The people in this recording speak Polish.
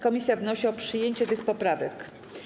Komisja wnosi o przyjęcie tych poprawek.